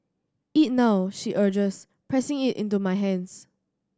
eat now she urges pressing it into my hands